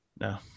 no